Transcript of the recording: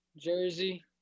jersey